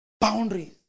Boundaries